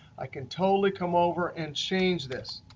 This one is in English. i can totally come over and change this.